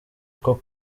uko